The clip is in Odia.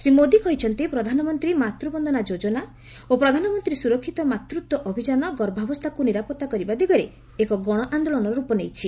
ଶ୍ରୀ ମୋଦି କହିଛନ୍ତି ପ୍ରଧାନମନ୍ତ୍ରୀ ମାତୃବନ୍ଦନା ଓ ପ୍ରଧାନମନ୍ତ୍ରୀ ସୁରକ୍ଷିତ ମାତୃତ୍ୱ ଅଭିଯାନ ଗର୍ଭାବସ୍ଥାକୁ ନିରାପଭା କରିବା ଦିଗରେ ଏକ ଗଣ ଆନ୍ଦୋଳନ ରୂପ ନେଇଛି